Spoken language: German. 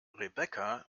rebecca